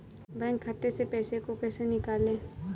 Bank खाते से पैसे को कैसे निकालें?